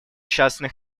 частный